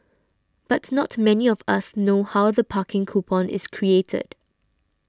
but not many of us know how the parking coupon is created